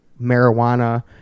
marijuana